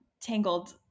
Tangled